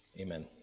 Amen